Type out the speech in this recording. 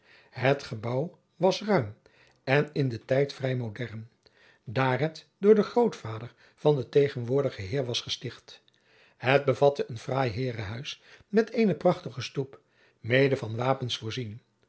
het gebouw was ruim en in den tijd vrij modern daar net door den grootvader van den tegenwoordigen heer was gesticht het bevatte een fraai heerenhuis met eene prachtige stoep mede van wapens voorzien